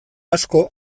asko